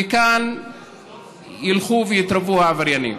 וכאן ילכו ויתרבו העבריינים.